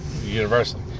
universally